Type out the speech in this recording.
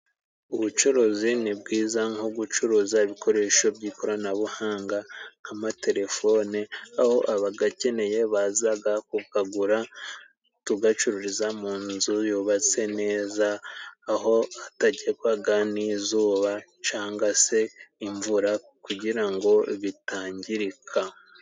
Ubucuruzi ni bwiza, nko gucuruza ibikoresho by'ikoranabuhanga nk'amatelefone, aho abayakeneye baza kuyagura, tuyacururiza mu nzu yubatse neza, aho atagerwaho n'izuba cyangwa se imvura kugira ngo bitangirika.